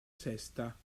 sesta